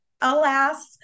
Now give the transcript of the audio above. alas